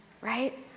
right